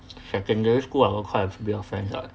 secondary school I got quite abit of friends ah